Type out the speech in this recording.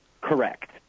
Correct